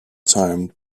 time